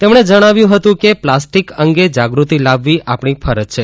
તેમણે જણાવ્યું હતું કે પ્લાસ્ટીક અંગે જાગૃતિ લાવવી આપણી ફરજ છે